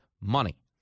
money